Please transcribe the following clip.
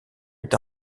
est